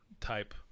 type